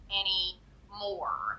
anymore